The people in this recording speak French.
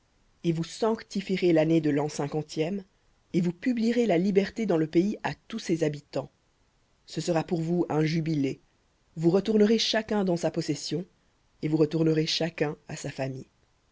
et vous sanctifierez l'année de l'an cinquantième et vous publierez la liberté dans le pays à tous ses habitants ce sera pour vous un jubilé vous retournerez chacun dans sa possession et vous retournerez chacun à sa famille